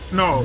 no